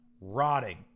rotting